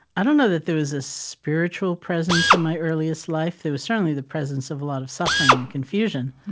i don't know that there was a spiritual presence in my earliest life. there was certainly the presence of a lot of suffering and confusion.